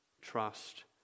trust